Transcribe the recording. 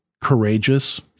courageous